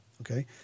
okay